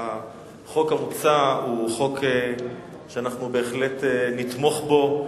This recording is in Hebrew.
החוק המוצע הוא חוק שאנחנו בהחלט נתמוך בו,